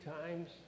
times